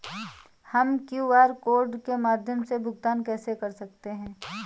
हम QR code के माध्यम से भुगतान कैसे कर सकते हैं?